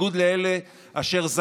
במדינת ישראל יש אוכלוסייה של כ-2,500 אנשים